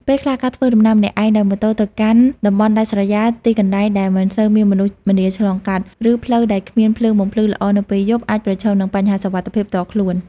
ពេលខ្លះ ការធ្វើដំណើរម្នាក់ឯងដោយម៉ូតូទៅកាន់ តំបន់ដាច់ស្រយាល ទីកន្លែងដែលមិនសូវមានមនុស្សម្នាឆ្លងកាត់ ឬផ្លូវលំដែលគ្មានភ្លើងបំភ្លឺល្អនៅពេលយប់ អាចប្រឈមនឹង បញ្ហាសុវត្ថិភាពផ្ទាល់ខ្លួន។